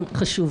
ובכל זאת